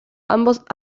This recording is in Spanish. ambos